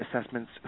assessments